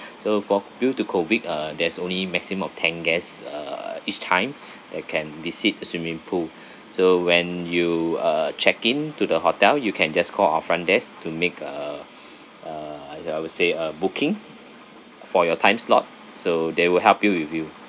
so for due to COVID uh there's only maximum of ten guests uh each time that can visit the swimming pool so when you uh check in to the hotel you can just call our front desk to make uh uh ya I would say a booking for your time slot so they will help you with you